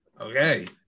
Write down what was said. Okay